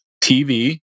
TV